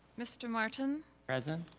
mr. martin? present.